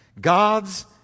God's